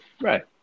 right